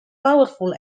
powerful